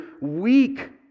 weak